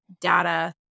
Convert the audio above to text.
data